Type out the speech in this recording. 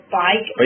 bike